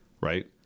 Right